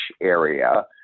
area